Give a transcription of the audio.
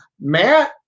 Matt